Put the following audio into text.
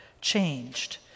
changed